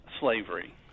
slavery